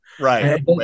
right